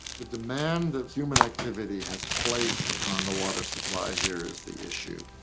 the demand that human activity has placed upon the water supply here is the issue.